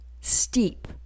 steep